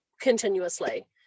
continuously